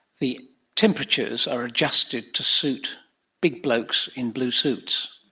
the temperatures are adjusted to suit big blokes in blue suits,